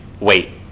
wait